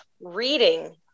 reading